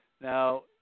Now